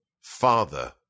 Father